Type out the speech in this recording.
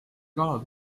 kala